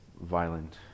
violent